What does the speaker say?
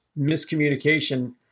miscommunication